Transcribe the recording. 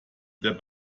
der